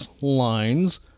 lines